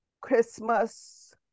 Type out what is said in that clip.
Christmas